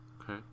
Okay